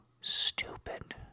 stupid